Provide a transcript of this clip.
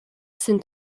sind